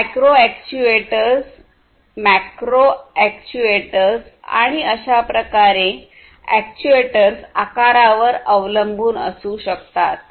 हे micro actuators macro actuators आणि अशा प्रकारे अॅक्ट्युएटर्स आकारावर अवलंबून असू शकतात